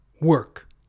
work